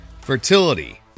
Fertility